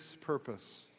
purpose